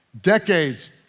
decades